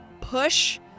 push